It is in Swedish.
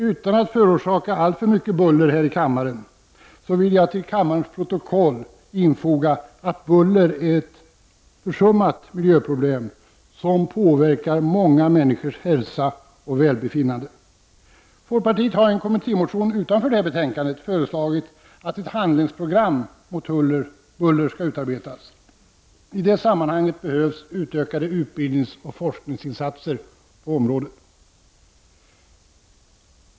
Utan att förorsaka alltför mycket buller i kammaren, herr talman, vill jag i kammarens protokoll infoga att buller är ett försummat miljöproblem, som påverkar många människors hälsa och välbefinnande. Folkpartiet har i en kommittémotion som inte behandlas i detta betänkande föreslagit att ett handlingsprogram mot buller skall utarbetas. I det sammanhanget behövs utökade utbildningsoch forskningsinsatser på området.